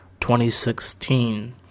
2016